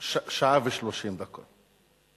שעה ו-30 דקות.